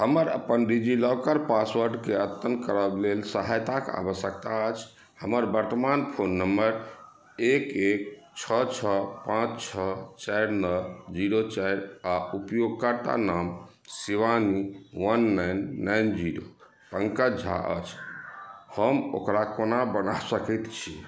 हमर अपन डिजिलॉकर पासवर्डकेँ अद्यतन करब लेल सहायताक आवश्यकता अछि हमर वर्तमान फोन नंबर एक एक छओ छओ पाँच छओ चारि नओ जीरो चारि आ उपयोगकर्ता नाम Shivani one nine nine zero Pankaj Jha अछि हम ओकरा कोना बना सकैत छी